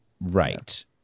Right